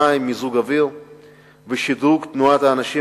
מים ומיזוג אוויר ושדרוג תנועת האנשים